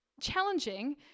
challenging